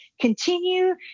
Continue